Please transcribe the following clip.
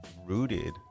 rooted